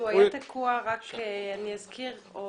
אני אזכיר שהוא היה תקוע או